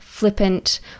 flippant